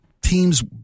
teams